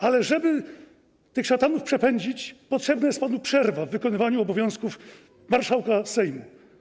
Ale żeby tych szatanów przepędzić, potrzebna jest panu przerwa w wykonywaniu obowiązków marszałka Sejmu.